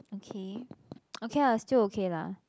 okay okay ah still okay lah